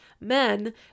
men